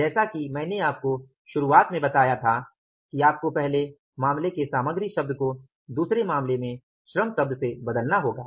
जैसा कि मैंने आपको शुरुआत में बताया था कि आपको पहले मामले के सामग्री शब्द को दूसरे मामले में श्रम शब्द से बदलना होगा